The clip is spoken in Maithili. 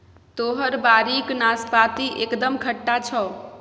तोहर बाड़ीक नाशपाती एकदम खट्टा छौ